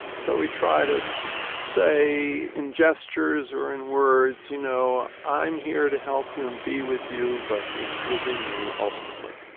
so we try to say in gestures or in words, you know, i'm here to help you and be with you but it's within you ultimately.